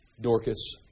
Dorcas